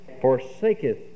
forsaketh